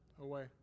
away